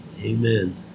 Amen